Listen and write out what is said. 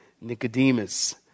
Nicodemus